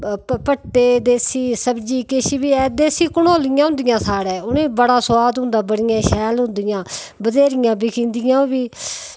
भट्टे देस्सी सब्जी किश बी ऐ देस्सी कनोह्लियां होंदियां साढ़ै उ'ने बड़ा सुआद होंदा बड़ियां शैल होंदियां बत्हेरियां बिकी जंदियां